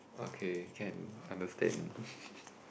okay can understand